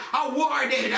awarded